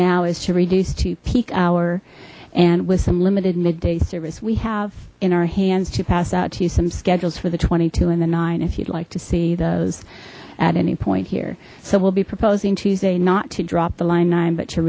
now is to reduce to peak hour and with some limited midday service we have in our hands to pass out to you some schedules for the twenty two and the nine if you'd like to see those at any point here so we'll be proposing tuesday not to drop the line nine but to